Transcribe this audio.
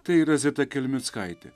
tai yra zita kelmickaitė